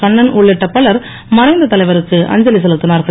கண்ணன் உள்ளிட்ட பலர் மறைந்த தலைவருக்கு அஞ்சலி செலுத்தினார்கள்